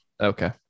okay